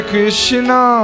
Krishna